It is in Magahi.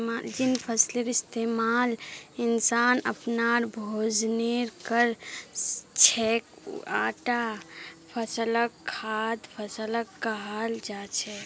जिन फसलेर इस्तमाल इंसान अपनार भोजनेर कर छेक उटा फसलक खाद्य फसल कहाल जा छेक